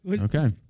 okay